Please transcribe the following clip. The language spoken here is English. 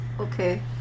Okay